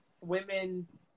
women